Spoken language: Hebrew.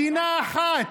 מדינה אחת,